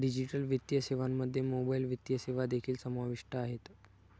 digital वित्तीय सेवांमध्ये mobile वित्तीय सेवा देखील समाविष्ट आहेत